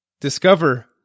discover